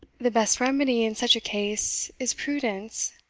the best remedy in such a case is prudence,